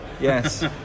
yes